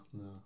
no